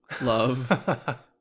love